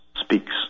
speaks